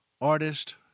artist